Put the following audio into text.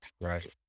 Right